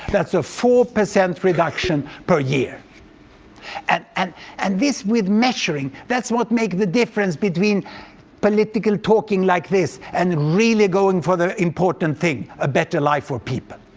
that's a four percent reduction per year and and and this, with measuring. that's what makes the difference between political talking like this and really going for the important thing, a better life for people.